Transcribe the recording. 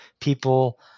people